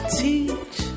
teach